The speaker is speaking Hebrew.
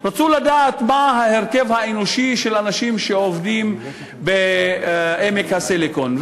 רצו לדעת מה ההרכב האנושי של אנשים שעובדים בעמק הסיליקון.